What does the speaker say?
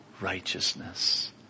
righteousness